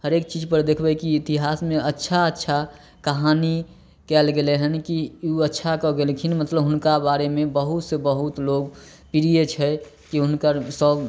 हरेक चीज पर देखबै कि इतिहासमे अच्छा अच्छा कहानी कयल गेलै हन कि ओ अच्छा कऽ गेलखिन मतलब हुनका बारेमे बहुत से बहुत लोग प्रिय छै कि हुनकर सब